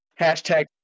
Hashtag